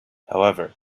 however